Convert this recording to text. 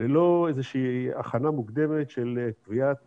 ללא איזה שהיא הכנה מוקדמת של קביעת